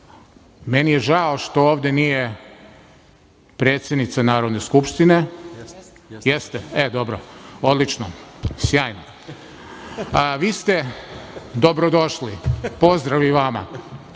meni je žao što ovde nije predsednica Narodne skupštine, jeste, e, dobro, odlično, sjajno. Vi ste dobrodošli, pozdrav i vama. Sada